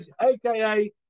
aka